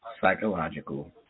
psychological